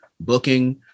booking